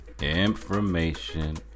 information